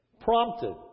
prompted